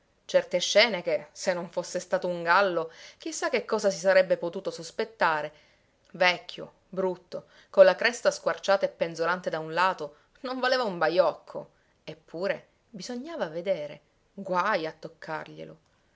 certe scene che se non fosse stato un gallo chi sa che cosa si sarebbe potuto sospettare vecchio brutto con la cresta squarciata e penzolante da un lato non valeva un bajocco eppure bisognava vedere guaj a